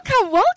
welcome